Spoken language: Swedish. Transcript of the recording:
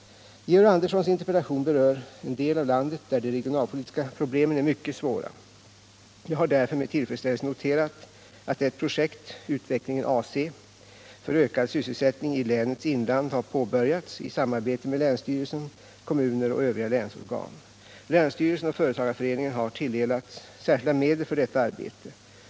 Georg Anderssons interpellation berör en del av landet där de regionalpolitiska problemen är mycket svåra. Jag har därför med tillfredsställelse noterat att ett projekt — utveckling AC — för ökad sysselsättning i länets inland har påbörjats i samarbete mellan länsstyrelsen, kommuner och övriga länsorgan. Länsstyrelsen och företagarföreningen har tilldelats särskilda medel för detta arbete.